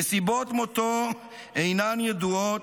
נסיבות מותו אינן ידועות,